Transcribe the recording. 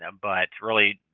um but really,